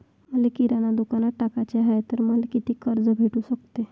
मले किराणा दुकानात टाकाचे हाय तर मले कितीक कर्ज भेटू सकते?